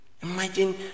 Imagine